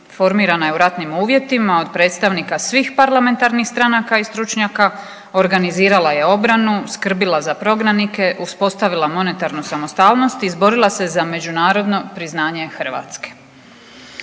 formirana je u ratnim uvjetima od predstavnika svih parlamentarnih stranaka i stručnjaka, organizirala je obranu, skrbila za prognanike, uspostavila monetarnu samostalnost i izborila se za međunarodno priznanje Hrvatske.